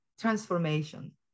transformation